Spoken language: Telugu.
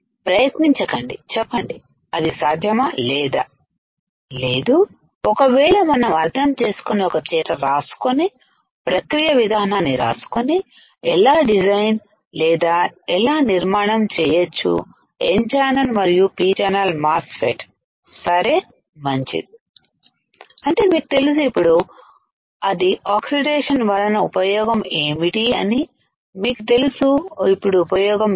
ప్రయత్నించకండి చెప్పండి అది సాధ్యమా లేదా లేదు ఒకవేళ మనం అర్థం చేసుకుని ఒక చోట రాసుకుని ప్రక్రియ విధానాన్ని రాసుకుని ఎలా డిజైన్ లేదా ఎలా నిర్మాణం చేయొచ్చు N ఛానల్ మరియు p ఛానల్ మాస్ ఫెట్ సరే మంచిది అంటేమీకు తెలుసు ఇప్పుడు అది ఆక్సిడేషన్ వలన ఉపయోగం ఏమిటి అని మీకు తెలుసు ఇప్పుడు ఉపయోగమేమిటి